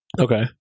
Okay